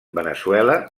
veneçuela